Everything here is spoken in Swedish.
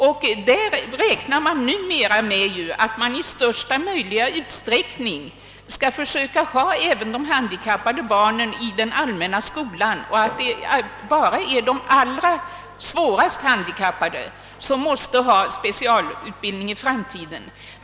Det är ju meningen att vi i största möjliga utsträckning skall undervisa även de handikappade barnen i den allmänna skolan och att det bara är de svårast handikappade som måste ha specialutbildning i framtiden.